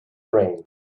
rain